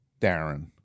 Darren